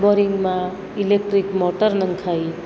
બોરિંગમાં electric motor નખાવી